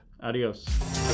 Adios